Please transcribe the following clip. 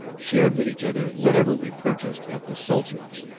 shared with each other whatever we purchased at the sulter's,